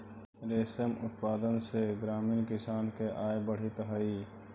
रेशम उत्पादन से ग्रामीण किसान के आय बढ़ित हइ